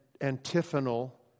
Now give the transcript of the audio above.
antiphonal